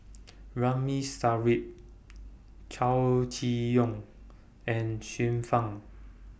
Ramli Sarip Chow Chee Yong and Xiu Fang